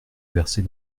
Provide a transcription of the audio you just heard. verser